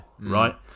right